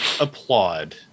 applaud